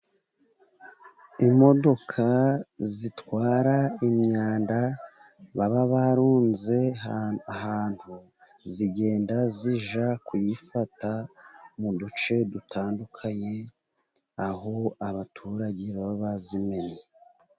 Imodoka zitwara imyanda baba barunze ahantu, zigenda zijya kuyifata mu duce dutandukanye, aho abaturage baba bayimennye.